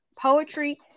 poetry